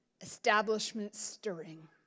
establishment-stirring